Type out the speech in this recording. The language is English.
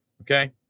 Okay